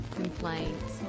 complaints